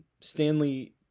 Stanley